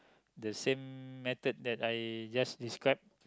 the same method that I just describe